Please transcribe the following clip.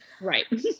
Right